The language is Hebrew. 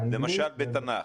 באנגלית --- למשל בתנ"ך,